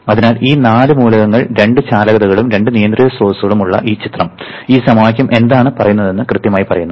അതിനാൽ ഈ നാല് മൂലകങ്ങൾ 2 ചാലകതകളും 2 നിയന്ത്രിത സ്രോതസ്സുകളും ഉള്ള ഈ ചിത്രം ഈ സമവാക്യം എന്താണ് പറയുന്നതെന്ന് കൃത്യമായി പറയുന്നു